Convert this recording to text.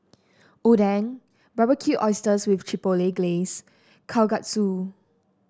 Oden Barbecued Oysters with Chipotle Glaze Kalguksu